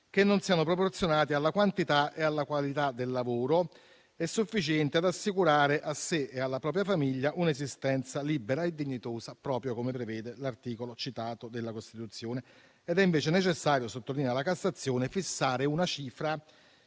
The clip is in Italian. che non siano proporzionati alla quantità e alla qualità del lavoro e sufficienti ad assicurare «a sé e alla propria famiglia un'esistenza libera e dignitosa», proprio come prevede il citato articolo della Costituzione. È invece necessario - sottolinea la Cassazione - fissare una cifra